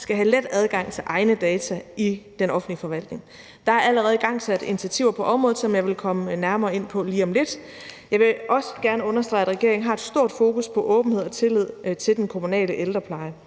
skal have let adgang til egne data i den offentlige forvaltning. Der er allerede igangsat initiativer på området, som jeg vil komme nærmere ind på lige om lidt. Jeg vil også gerne understrege, at regeringen har et stort fokus på åbenhed og tillid til den kommunale ældrepleje.